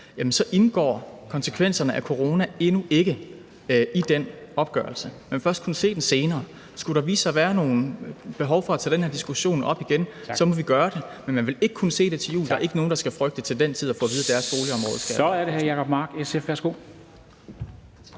indgår konsekvenserne af corona endnu ikke i den opgørelse. Man vil først kunne se den senere, og skulle der vise sig at være behov for at tage den her diskussion op igen, må vi gøre det. Men man vil ikke kunne se det til jul; der er ikke nogen, der skal frygte til den tid at få at vide, at deres boligområde skal rives ned. Kl. 10:00 Formanden (Henrik